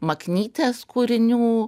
maknytės kūrinių